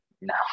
no